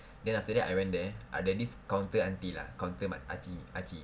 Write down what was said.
then after that I went there ah then this counter auntie lah counter makcik makcik